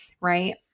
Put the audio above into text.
Right